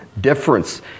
difference